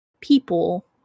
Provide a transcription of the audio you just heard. people